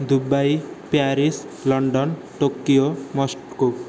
Dubai Paris London Tokyo Moscow